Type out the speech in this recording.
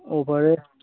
ꯑꯣ ꯐꯔꯦ